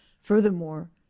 furthermore